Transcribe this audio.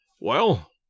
Well